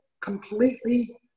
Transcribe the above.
completely